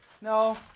No